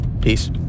Peace